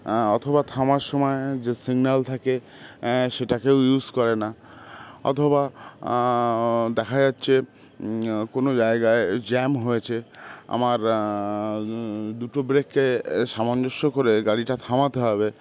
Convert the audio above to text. অথবা থামার সময় যে সিগনাল থাকে সেটাকে ইউজ করে না অথবা দেখা যাচ্ছে কোনও জায়গায় জ্যাম হয়েছে আমার দুটো ব্রেককে সামঞ্জস্য করে গাড়িটা থামাতে হবে